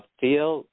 feel